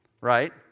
right